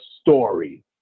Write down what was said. story